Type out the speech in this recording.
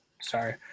sorry